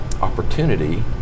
opportunity